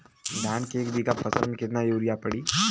धान के एक बिघा फसल मे कितना यूरिया पड़ी?